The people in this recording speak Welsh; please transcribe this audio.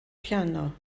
piano